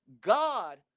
God